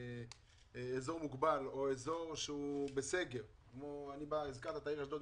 באזור מוגבל או אזור שהוא בסגר הזכרת את העיר אשדוד,